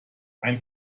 ein